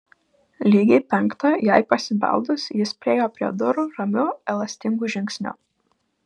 lygiai penktą jai pasibeldus jis priėjo prie durų ramiu elastingu žingsniu